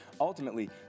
ultimately